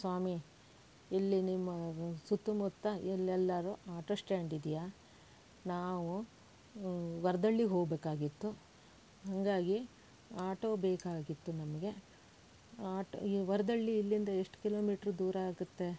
ಸ್ವಾಮಿ ಇಲ್ಲಿ ನಿಮ್ಮ ಸುತ್ತಮುತ್ತ ಇಲ್ಲೆಲ್ಲಾದ್ರು ಆಟೋ ಸ್ಟ್ಯಾಂಡ್ ಇದೆಯಾ ನಾವು ವರದಳ್ಳಿಗೆ ಹೋಗಬೇಕಾಗಿತ್ತು ಹಾಗಾಗಿ ಆಟೋ ಬೇಕಾಗಿತ್ತು ನಮಗೆ ಆಟ್ ಈ ವರದಳ್ಳಿ ಇಲ್ಲಿಂದ ಎಷ್ಟು ಕಿಲೋಮೀಟರ್ ದೂರ ಆಗತ್ತೆ